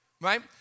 right